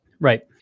Right